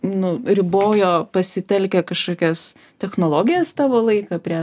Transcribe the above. nu ribojo pasitelkę kažkokias technologijas tavo laiką prie